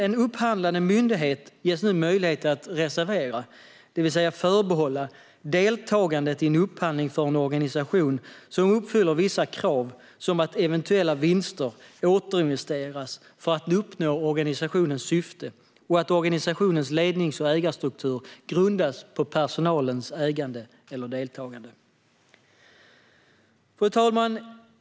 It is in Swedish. En upphandlande myndighet ges nu möjlighet att reservera, det vill säga förbehålla, deltagandet i en upphandling för en organisation som uppfyller vissa krav såsom att eventuella vinster återinvesteras för att uppnå organisationens syfte eller att organisationens lednings och ägarstruktur grundas på personalens ägande eller deltagande. Fru talman!